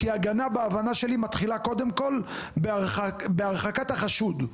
כי בהבנה שלי הגנה מתחילה קודם כול בהרחקת החשוד.